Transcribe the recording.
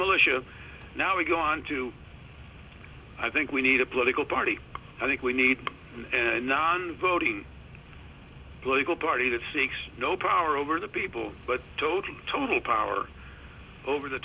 militia now we go on to i think we need a political party i think we need non voting political party that seeks no power over the people but total total power over the